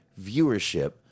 viewership